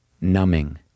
numbing